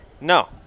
no